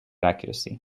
accuracy